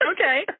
Okay